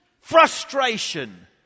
frustration